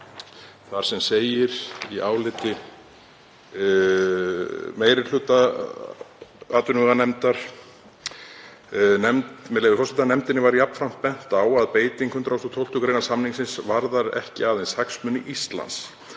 þar sem segir í áliti meiri hluta atvinnuveganefndar, með leyfi forseta: „Nefndinni var jafnframt bent á að beiting 112. gr. samningsins varðar ekki aðeins hagsmuni Íslands.